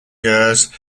years